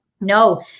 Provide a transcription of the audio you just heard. No